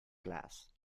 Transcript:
glass